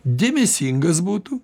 dėmesingas būtų